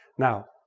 now,